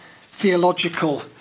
theological